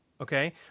okay